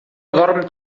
dorm